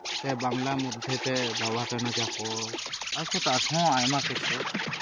ᱥᱮ ᱵᱟᱝᱞᱟ ᱢᱚᱫᱽᱫᱷᱮ ᱨᱮ ᱟᱨᱦᱚᱸ ᱟᱭᱢᱟ ᱠᱤᱪᱷᱩ